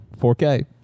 4K